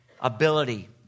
ability